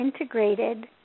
integrated